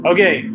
Okay